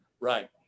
right